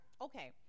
okay